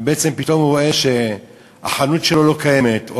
ופתאום הוא רואה שהחנות שלו לא קיימת, או